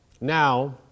now